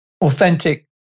authentic